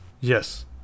yes